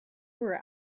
were